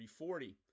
340